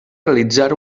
realitzar